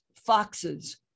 foxes